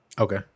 Okay